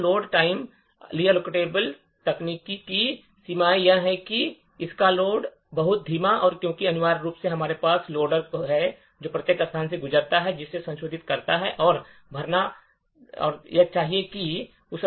तो load time relocatable तकनीक की सीमाएँ यह है कि इसका लोड बहुत धीमा है क्योंकि अनिवार्य रूप से हमारे पास लोडर है जो प्रत्येक स्थान से गुजरता है जिसे संशोधित करना और भरना पड़ता है